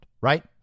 right